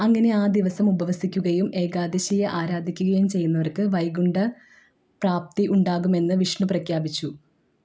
അങ്ങനെ ആ ദിവസം ഉപവസിക്കുകയും ഏകാദശിയെ ആരാധിക്കുകയും ചെയ്യുന്നവർക്ക് വൈകുണ്ഠ പ്രാപ്തി ഉണ്ടാകുമെന്ന് വിഷ്ണു പ്രഖ്യാപിച്ചു